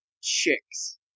chicks